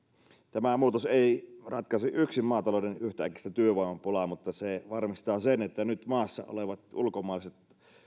tämä muutos ei ratkaise yksin maatalouden yhtäkkistä työvoimapulaa mutta se varmistaa sen että nyt maassa olevat ulkomaiset